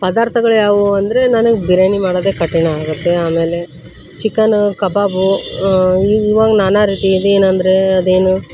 ಪದಾರ್ಥಗಳು ಯಾವುವು ಅಂದರೆ ನನಗೆ ಬಿರ್ಯಾನಿ ಮಾಡೋದೇ ಕಠಿಣ ಆಗುತ್ತೆ ಆಮೇಲೆ ಚಿಕನ ಕಬಾಬು ಇವಾಗ ನಾನಾ ರೀತಿ ಅದೇನಂದರೆ ಅದೇನು